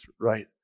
right